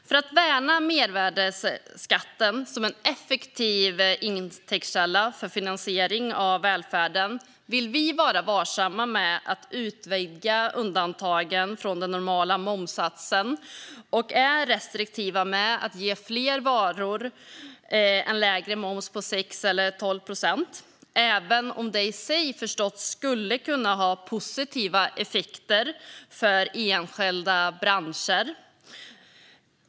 För att värna mervärdesskatten som en effektiv intäktskälla för finansieringen av välfärden vill vi vara varsamma med att utvidga undantagen från den normala momssatsen. Vi vill vara restriktiva med att ge fler varor en lägre moms på 6 eller 12 procent, även om det i sig förstås skulle kunna kan ha positiva effekter för enskilda branscher.